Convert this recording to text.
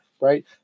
right